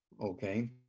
okay